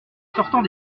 sortant